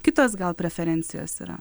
kitos gal preferencijos yra